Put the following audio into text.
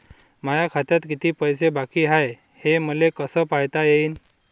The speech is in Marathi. माया खात्यात किती पैसे बाकी हाय, हे मले कस पायता येईन?